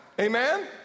Amen